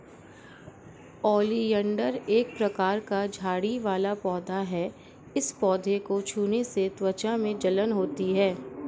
oleander एक प्रकार का झाड़ी वाला पौधा है इस पौधे को छूने से त्वचा में जलन होती है